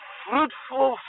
fruitful